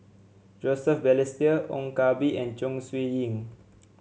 Joseph Balestier Ong Koh Bee and Chong Siew Ying